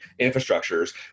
infrastructures